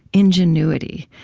ingenuity.